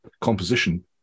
composition